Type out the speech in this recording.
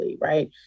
right